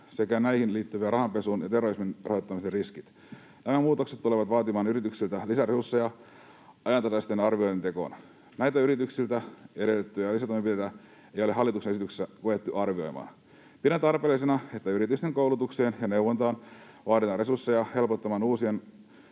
sekä näihin liittyvät rahanpesun ja terrorismin rahoittamisen riskit. Nämä muutokset tulevat vaatimaan yrityksiltä lisää resursseja ajantasaisten arvioiden tekoon. Näiltä yrityksiltä edellytettyjä lisätoimenpiteitä ei ole hallituksen esityksessä kyetty arvioimaan. Pidän tarpeellisena, että yritysten koulutukseen ja neuvontaan kohdennetaan resursseja helpottamaan uuden